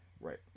Right